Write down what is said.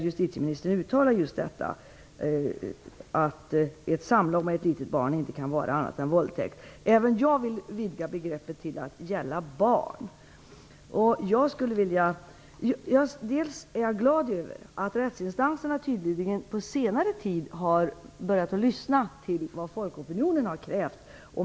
Justitieministern uttalar just att ett samlag med ett litet barn inte kan vara annat än våldtäkt. Även jag vill vidga begreppet till att gälla barn. Jag är glad över att rättsinstanserna tydligen på senare tid har börjat att lyssna till vad folkopinionen har krävt.